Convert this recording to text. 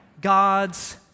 God's